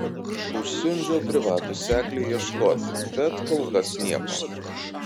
užsiundžiau privatų seklį ieškoti bet kol kas nieko